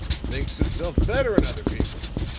thinks himself better'n other people.